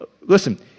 Listen